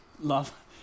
love